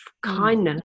kindness